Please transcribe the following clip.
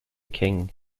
king